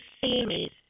series